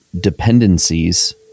dependencies